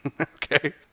okay